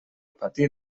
patir